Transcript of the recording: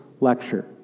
lecture